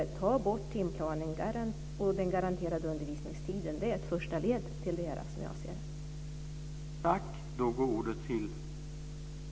Att ta bort timplanen och den garanterade undervisningstiden är ett första led i detta, som jag ser det.